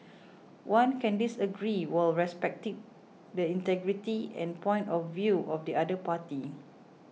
one can disagree while respecting the integrity and point of view of the other party